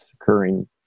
occurring